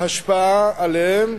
השפעה עליהם,